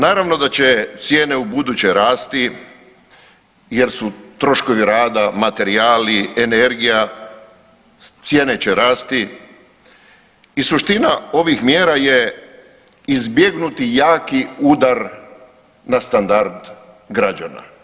Naravno da će cijene ubuduće rasti jer su troškovi rada, materijala, energija, cijene će rasti i suština ovih mjera je izbjegnuti jaki udar na standard građana.